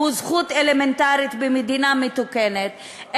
שהוא זכות אלמנטרית במדינה מתוקנת,